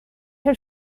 her